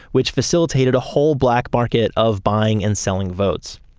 which facilitated a whole black market of buying and selling votes.